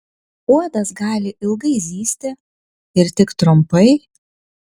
uodas gali ilgai zyzti ir tik trumpai